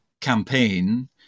campaign